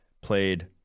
played